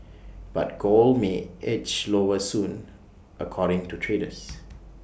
but gold may edge lower soon according to traders